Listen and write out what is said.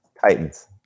Titans